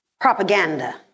propaganda